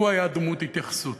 הוא היה דמות התייחסות,